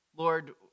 Lord